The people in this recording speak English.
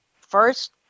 first